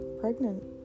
pregnant